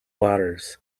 waters